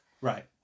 right